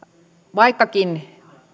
vaikkakin